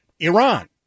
Iran